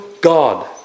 God